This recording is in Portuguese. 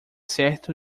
certo